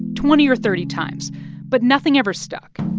twenty or thirty times but nothing ever stuck.